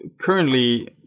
currently